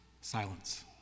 silence